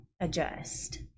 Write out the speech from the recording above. adjust